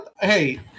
Hey